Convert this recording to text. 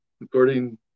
according